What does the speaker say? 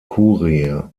kurie